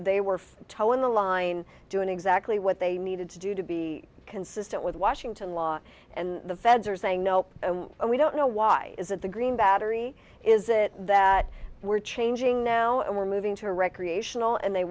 they were toeing the line doing exactly what they needed to do to be consistent with washington law and the feds are saying nope we don't know why is that the green battery is it that we're changing now we're moving to recreational and they